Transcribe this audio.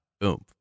Boom